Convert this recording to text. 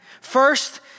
first